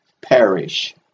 perish